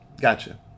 Gotcha